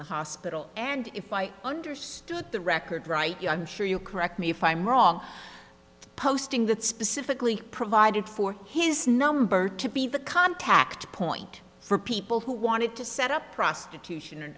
the hospital and if i understood the record right you i'm sure you correct me if i'm wrong posting that specifically provided for his number to be the contact point for people who wanted to set up prostitution